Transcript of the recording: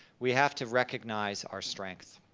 we have to recognize our strength.